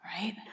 right